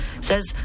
says